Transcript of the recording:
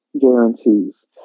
guarantees